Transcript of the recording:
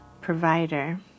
provider